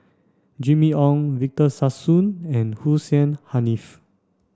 Jimmy Ong Victor Sassoon and Hussein Haniff